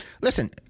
Listen